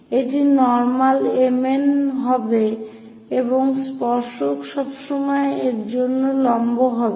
এটি normal M N হবে এবং স্পর্শক সবসময় এর জন্য লম্ব হবে